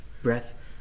breath